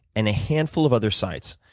and a handful of other sites,